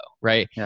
right